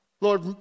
Lord